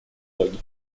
логике